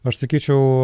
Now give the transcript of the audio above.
aš sakyčiau